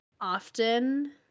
often